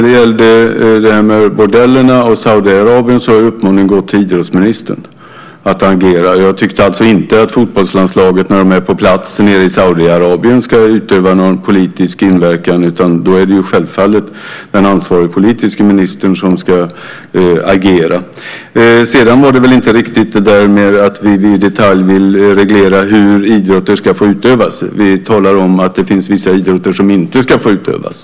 Herr talman! När det gäller bordellerna och Saudiarabien har uppmaningen att agera gått till idrottsministern. Jag tyckte alltså inte att fotbollslandslaget på plats nere i Saudiarabien ska utöva någon politisk inverkan, utan då är det självfallet den politiskt ansvarige ministern som ska agera. Sedan var det väl inte riktigt att vi i detalj vill reglera hur idrotter ska få utövas. Vi talar om att det finns vissa idrotter som inte ska få utövas.